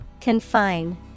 Confine